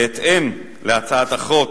בהתאם להצעת החוק,